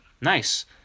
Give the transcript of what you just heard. Nice